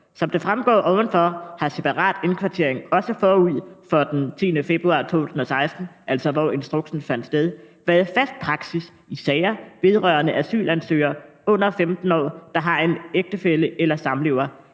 under pkt. 2 ovenfor, har separat indkvartering også forud for den 10. februar 2016« – altså hvor instruksen fandt sted – »været fast praksis i sager vedrørende asylansøgere under 15 år, der har en ægtefælle eller samlever.«